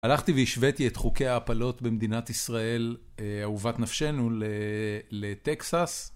הלכתי והשוויתי את חוקי ההפלות במדינת ישראל, אהובת נפשנו, לטקסס.